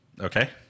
Okay